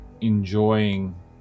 enjoying